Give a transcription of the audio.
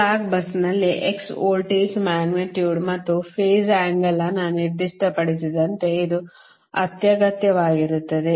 slack busನಲ್ಲಿx voltage magnitude ಮತ್ತು phase angle ಅನ್ನು ನಿರ್ದಿಷ್ಟಪಡಿಸಿದಂತೆ ಇದು ಅತ್ಯಗತ್ಯವಾಗಿರುತ್ತದೆ